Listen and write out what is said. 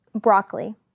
Broccoli